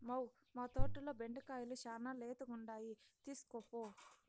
మ్మౌ, మా తోటల బెండకాయలు శానా లేతగుండాయి తీస్కోపో